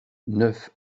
neuf